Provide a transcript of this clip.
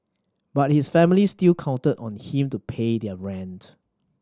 but his family still counted on him to pay their rent